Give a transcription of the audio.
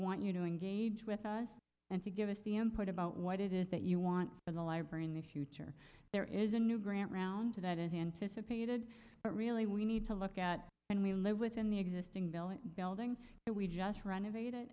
want you to engage with us and to give us the input about what it is that you want for the library in the future there is a new grant around that is anticipated but really we need to look at and we live within the existing building building that we just renovated